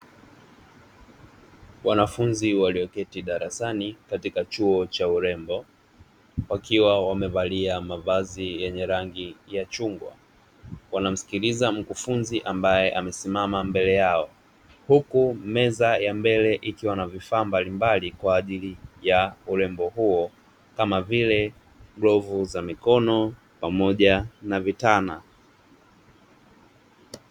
Wanafunzi walioketi darasani katika chuo cha urembo wakiwa wamevalia mavazi yenye rangi ya chungwa wanamsikiliza mkufunzi ambaye amesimama mbele yao, huku meza ya mbele ikiwa na vifaa mbalimbali kwa ajili ya urembo huo kama vile glovu za mikono pamoja na vitana.